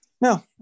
no